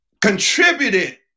contributed